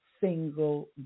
single